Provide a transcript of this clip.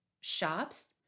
shops